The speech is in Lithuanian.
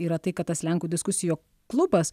yra tai kad tas lenkų diskusijų klubas